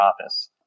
office